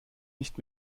nicht